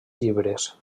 llibres